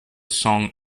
song